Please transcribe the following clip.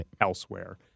elsewhere